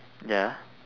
ya